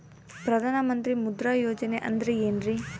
ಪ್ರಧಾನ ಮಂತ್ರಿ ಮುದ್ರಾ ಯೋಜನೆ ಅಂದ್ರೆ ಏನ್ರಿ?